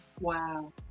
Wow